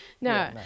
No